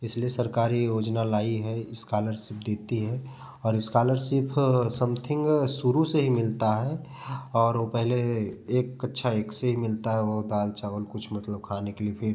इसलिए सरकार ये योजना लाई है इस्कालरसिप देती है और इस्कालरसिप सम्थिंग शुरू से ही मिलता है और वो पहले एक कक्षा एक से ही मिलता है वो दाल चावल कुछ मतलब खाने के लिए फिर